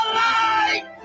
light